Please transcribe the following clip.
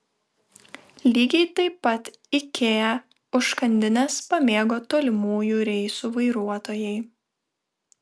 lygiai taip pat ikea užkandines pamėgo tolimųjų reisų vairuotojai